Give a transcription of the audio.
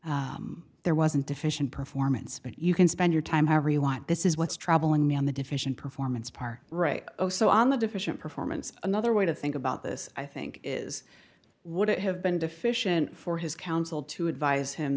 that there wasn't deficient performance but you can spend your time however you want this is what's troubling me on the deficient performance part right oh so on the deficient performance another way to think about this i think is would it have been deficient for his council to advise him